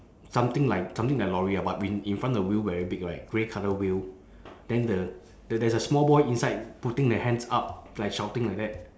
something like something like lorry ah but in in front the wheel very big right grey colour wheel then the the there's a small boy inside putting the hands up like shouting like that